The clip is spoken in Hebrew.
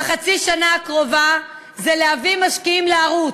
בחצי השנה הקרובה, הוא להביא משקיעים לערוץ,